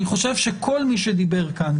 אני חושב שכל מי שדיבר כאן,